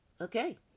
Okay